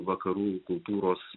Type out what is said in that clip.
vakarų kultūros